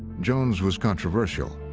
jones was controversial,